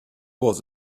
was